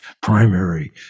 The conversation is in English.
Primary